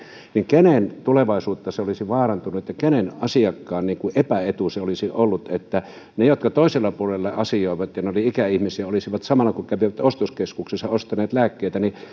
niin kenen tulevaisuutta se olisi vaarantanut kenen asiakkaan epäetu se olisi ollut että ne jotka toisella puolella asioivat ja ne olivat ikäihmisiä olisivat samalla kun kävivät ostoskeskuksessa ostaneet lääkkeitä